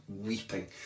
weeping